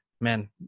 Man